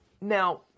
Now